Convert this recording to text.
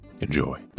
Enjoy